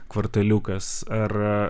kvartaliukas ar